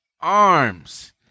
arms